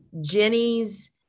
Jenny's